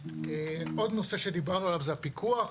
עוד נושא שדיברנו עליו זה הפיקוח.